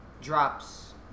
drops